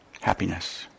happiness